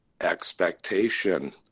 expectation